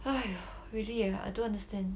!haiyo! really uh I don't understand